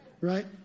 Right